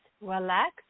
Relax